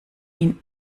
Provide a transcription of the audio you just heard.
ihn